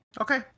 Okay